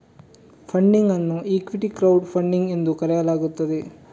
funding ಅನ್ನು equity crowd funding ಎಂದು ಕರೆಯಲಾಗುತ್ತದೆ